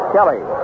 Kelly